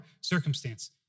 circumstance